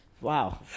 Wow